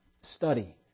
study